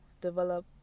develop